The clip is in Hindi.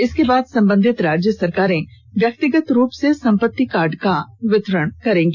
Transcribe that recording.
इसके बाद संबंधित राज्य सरकारें व्यक्तिगत रूप से संपत्ति कार्ड का वितरण करेगी